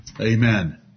Amen